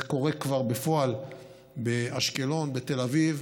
זה קורה כבר בפועל באשקלון, בתל אביב,